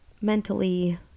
mentally